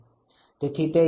તેથી તે યાદ રાખો